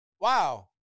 Wow